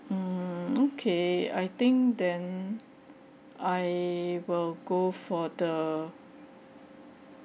mm okay I think then I will go for the